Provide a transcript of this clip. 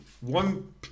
One